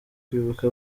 kwibuka